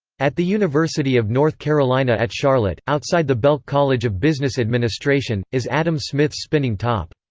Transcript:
at the university of north carolina at charlotte, outside the belk college of business administration, is adam smith's spinning top.